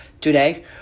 Today